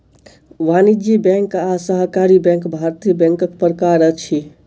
वाणिज्य बैंक आ सहकारी बैंक भारतीय बैंकक प्रकार अछि